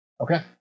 Okay